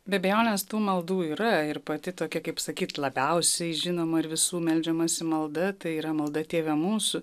be abejonės tų maldų yra ir pati tokia kaip sakyt labiausiai žinoma ir visų meldžiamasi malda tai yra malda tėve mūsų